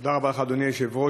תודה רבה לך, אדוני היושב-ראש.